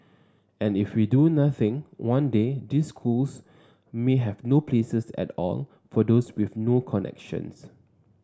and if we do nothing one day these schools may have no places at all for those with no connections